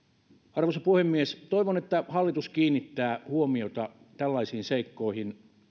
arvoisa puhemies toivon että hallitus kiinnittää huomiota tällaisiin seikkoihin